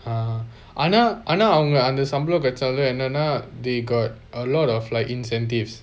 uh ஆனா ஆனா அவங்க அந்த சம்பலம் கிடைச்சவங்க என்னன:aana aana avanga antha sambalam kidaichavanga ennana they got a lot of like incentives